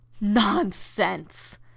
nonsense